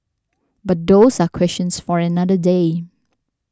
but those are questions for another day